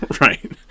Right